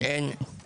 אז אין להם